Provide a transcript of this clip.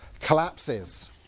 collapses